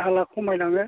झालआ खमायलाङो